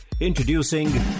Introducing